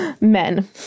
men